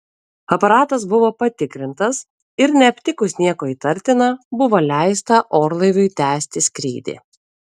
aparatas buvo patikrintas ir neaptikus nieko įtartina buvo leista orlaiviui tęsti skrydį